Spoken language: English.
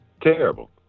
Terrible